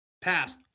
Pass